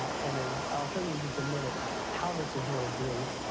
and as i'll show you in just a minute how this is really great,